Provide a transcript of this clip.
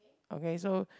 okay so